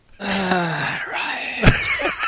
Right